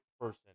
person